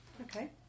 Okay